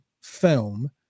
film